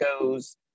goes